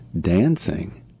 dancing